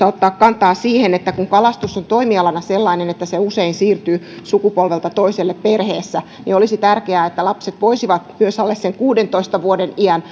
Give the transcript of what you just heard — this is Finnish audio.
ottaa kantaa siihen että kun kalastus on toimialana sellainen että se usein siirtyy sukupolvelta toiselle perheessä niin olisi tärkeää että lapset voisivat myös alle sen kuudentoista vuoden iän